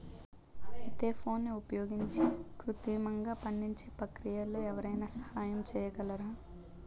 ఈథెఫోన్ని ఉపయోగించి కృత్రిమంగా పండించే ప్రక్రియలో ఎవరైనా సహాయం చేయగలరా?